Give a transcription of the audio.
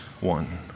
one